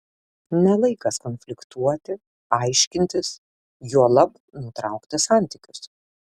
ne laikas konfliktuoti aiškintis juolab nutraukti santykius